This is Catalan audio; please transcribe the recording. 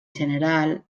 general